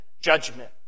judgment